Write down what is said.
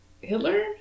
Hitler